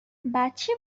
بچه